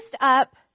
up